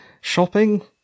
shopping